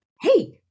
hey